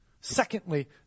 Secondly